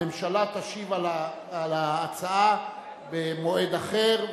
הממשלה תשיב על ההצעה במועד אחר,